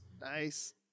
Nice